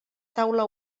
taula